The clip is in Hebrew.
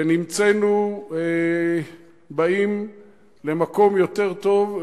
ונמצאנו באים למקום יותר טוב.